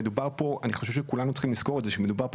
אני חושב שכולנו צריכים לזכור שמדובר פה